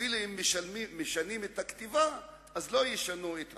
אפילו אם משנים את הכתיבה, לא ישנו את האופי.